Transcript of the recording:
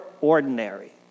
ordinary